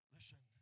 Listen